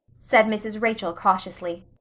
said mrs. rachel cautiously.